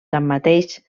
tanmateix